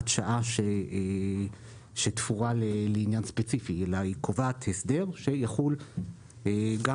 שעה שתפורה לעניין ספציפי אלא היא קובעת הסדר שיחול גם